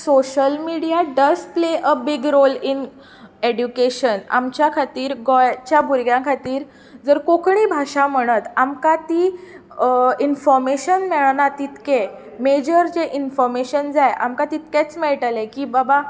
social media does play a big role in education आमच्या खातीर गोंयच्या भुरग्यां खातीर जर कोंकणी भाशा म्हणत आमकां ती इनफोर्मेशन मेळना तितकें मॅजर जें इनफोर्मेशन जाय आमकां तितकेंच मेळटलें की बाबा